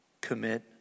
commit